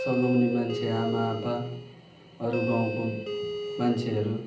सघाउने मान्छे आमा आप्पा अरू गाउँको मान्छेहरू